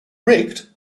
rigged